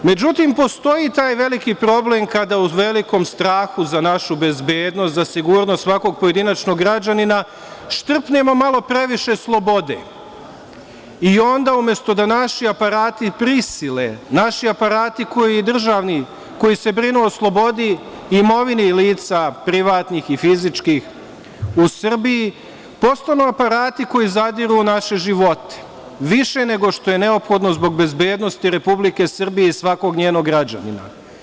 Međutim, postoji taj veliki problem kada u velikom strahu za našu bezbednost, za sigurnost svakog pojedinačnog građanina, štrpnemo malo previše slobode, i onda umesto da naši aparati prisile, naši aparati koji državni, koji se brinu o slobodi i imovini lica privatnih i fizičkih u Srbiji, postanu potpuno aparati koji zadiru u naše živote, više nego što je neophodno zbog bezbednosti Republike Srbije i svakog njenog građanina.